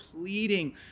pleading